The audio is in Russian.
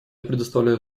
предоставляю